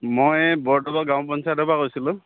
মই বৰটোলা গাঁও পঞ্চায়তৰ পৰা কৈছিলোঁ